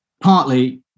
Partly